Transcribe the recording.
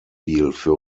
lebensstil